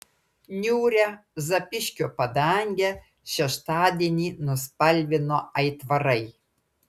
niūrią zapyškio padangę šeštadienį nuspalvino aitvarai